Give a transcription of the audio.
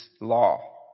law